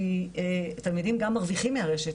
כי התלמידים גם מרוויחים מהרשת,